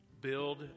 build